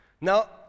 Now